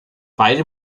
beide